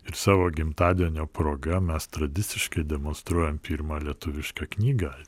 ir savo gimtadienio proga mes tradiciškai demonstruojam pirmą lietuvišką knygą